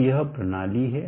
तो यह प्रणाली है